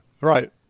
Right